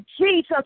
Jesus